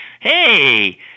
hey